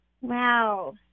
Wow